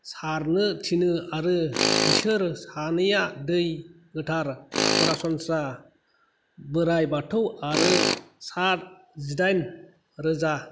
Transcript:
सारनो थिनो आरो बिसोर सानैया दै गोथार सरासनस्रा बोराय बाथौ आरो साथ जिदाइन रोजा